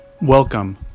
Welcome